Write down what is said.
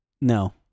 No